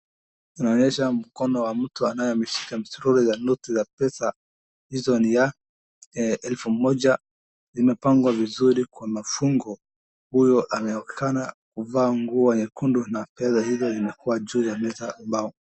Inaonyesha mkono wa mtu anaye ameshika msururu wa noti za pesa. Hizo ni ya elfu moja. Zimepangwa vizuri kwa mafungo. Huyo ameonekana kuvaa nguo nyekundu na fedha hizo zimekuwa juu ya meza mbao.